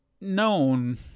known